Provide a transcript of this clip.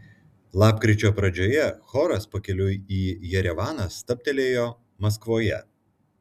lapkričio pradžioje choras pakeliui į jerevaną stabtelėjo maskvoje